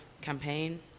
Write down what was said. campaign